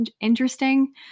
interesting